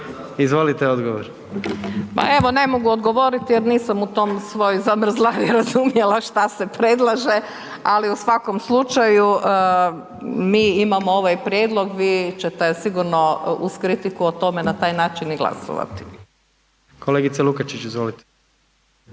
Nada (HDZ)** Pa evo ne mogu odgovoriti jer nisam u toj svoj zavrzlami razumjela šta se predlaže, ali u svakom slučaju mi imamo ovaj prijedlog, vi ćete sigurno uz kritiku o tome na taj način i glasovati. **Jandroković, Gordan